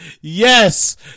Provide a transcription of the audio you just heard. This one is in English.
Yes